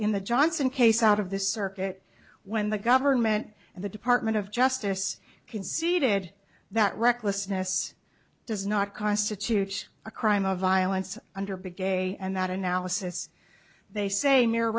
in the johnson case out of this circuit when the government and the department of justice conceded that recklessness does not constitute a crime of violence under big a and that analysis they say